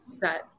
set